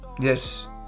Yes